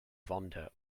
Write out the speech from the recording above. vonda